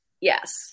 Yes